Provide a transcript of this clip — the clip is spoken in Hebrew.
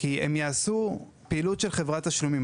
כי הם יעשו פעילות של חברת תשלומים.